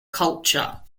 culture